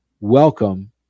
welcome